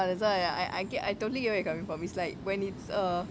that's why I I get I totally you where going for me like when it's uh